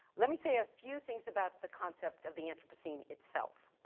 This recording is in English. let me say a few things about the concept of the anthropocene itself.